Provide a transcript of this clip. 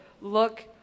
look